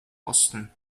boston